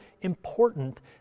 important